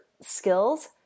skills –